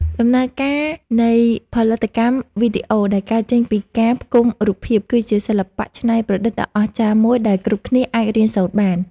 ដំណើរការនៃផលិតកម្មវីដេអូដែលកើតចេញពីការផ្គុំរូបភាព គឺជាសិល្បៈច្នៃប្រឌិតដ៏អស្ចារ្យមួយដែលគ្រប់គ្នាអាចរៀនសូត្របាន។